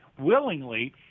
willingly